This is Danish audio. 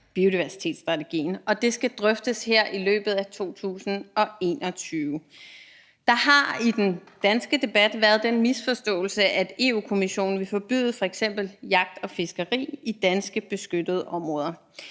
biodiversitetsstrategien, og det skal drøftes her i løbet af 2021. Der har i den danske debat været den misforståelse, at Europa-Kommissionen vil forbyde f.eks. jagt og fiskeri i danske beskyttede områder.